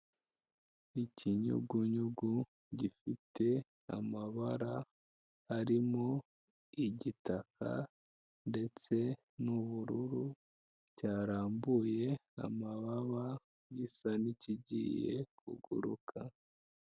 Ikinyugunyugu gifite amabara arimo igitaka ndetse n'ubururu, cyarambuye amababa gisa ni kigiye kuguruka.